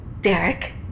Derek